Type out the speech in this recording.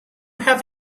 have